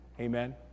Amen